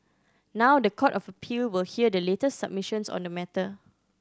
now the Court of Appeal will hear the latest submissions on the matter